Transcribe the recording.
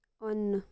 on